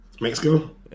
Mexico